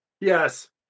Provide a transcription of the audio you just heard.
yes